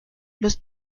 los